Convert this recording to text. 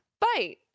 bite